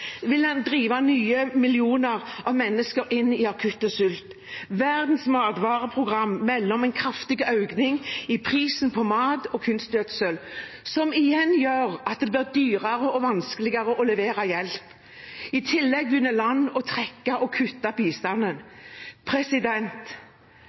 millioner av mennesker inn i akutt sult. Verdens matvareprogram melder om en kraftig økning i prisen på mat og kunstgjødsel, som igjen gjør at det blir dyrere og vanskeligere å levere hjelp. I tillegg begynner land å trekke og kutte